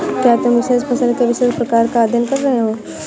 क्या तुम विशेष फसल के विशेष प्रकार का अध्ययन कर रहे हो?